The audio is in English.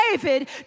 David